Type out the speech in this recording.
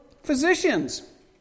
Physicians